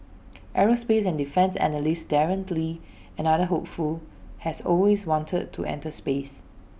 aerospace and defence analyst Darren lee another hopeful has always wanted to enter space